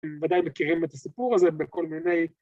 ‫בוודאי מכירים את הסיפור הזה ‫בכל מיני...